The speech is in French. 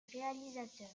réalisateur